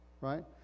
right